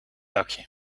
dakje